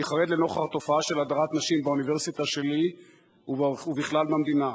אני חרד לנוכח התופעה של הדרת נשים באוניברסיטה שלי ובכלל במדינה.